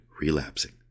relapsing